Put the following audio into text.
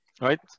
right